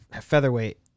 Featherweight